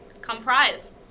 comprise